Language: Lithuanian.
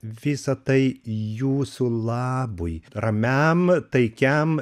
visa tai jūsų labui ramiam taikiam